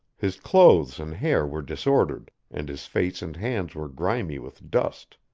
his clothes and hair were disordered, and his face and hands were grimy with dust.